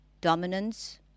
dominance